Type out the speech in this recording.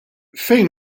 fejn